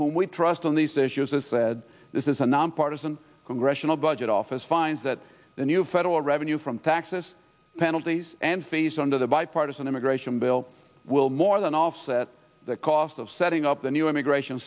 who we trust on these issues has said this is a nonpartisan congressional budget office finds that the new federal revenue from taxes penalties and fees under the bipartisan immigration bill will more than offset the cost of setting up the new immigration